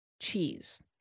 cheese